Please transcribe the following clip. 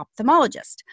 ophthalmologist